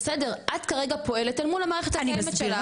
בסדר, את כרגע פועלת אל מול המערכת הקיימת שלך.